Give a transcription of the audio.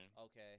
Okay